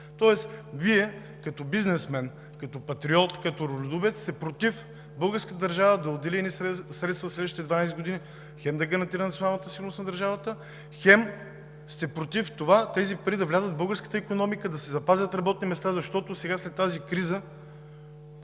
Тоест Вие като бизнесмен, като патриот, като родолюбец сте против българската държава да отдели едни средства в следващите 12 години – хем да се гарантира националната сигурност на държавата, хем сте против тези пари да влязат в българската икономика, да се запазят работни места. Защото сега след тази криза